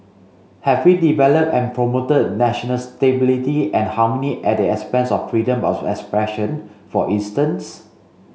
have we developed and promoted national stability and harmony at the expense of freedom of expression for instance